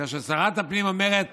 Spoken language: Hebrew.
כאשר שרת הפנים אומרת